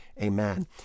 Amen